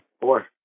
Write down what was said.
four